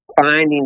finding